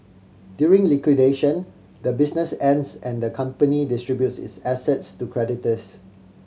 during liquidation the business ends and the company distributes its assets to creditors